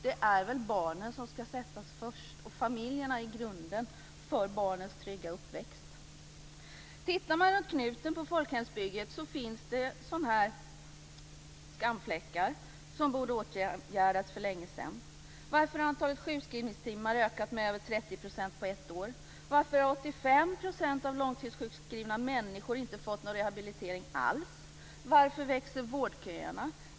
Det är väl barnen som ska sättas först och familjerna i grunden för barnens trygga uppväxt. Tittar man runt knuten på folkhemsbygget finns det skamfläckar som borde ha åtgärdats för länge sedan. Varför har antalet sjukskrivningstimmar ökat med över 30 % på ett år? Varför har 85 % av antalet långtidssjukskrivna inte fått någon rehabilitering alls? Varför växer vårdköerna?